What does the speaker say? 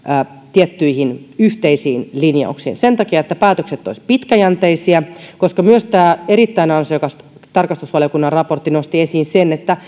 tiettyihin yhteisiin linjauksiin tämä sen takia että päätökset olisivat pitkäjänteisiä koska tämä erittäin ansiokas tarkastusvaliokunnan raportti nosti esiin myös sen että